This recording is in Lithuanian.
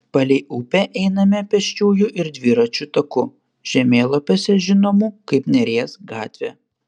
palei upę einame pėsčiųjų ir dviračių taku žemėlapiuose žinomų kaip neries gatvė